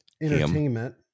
entertainment